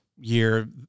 year